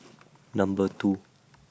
Number two